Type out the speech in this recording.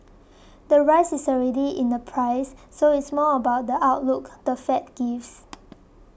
the rise is already in the price so it's more about the outlook the Fed gives